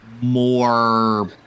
more